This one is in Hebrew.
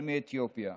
אדוני היושב-ראש,